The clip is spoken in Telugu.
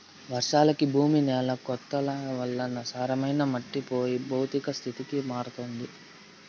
వర్షాలకి భూమి న్యాల కోతల వల్ల సారమైన మట్టి పోయి భౌతిక స్థితికి మారుతుంది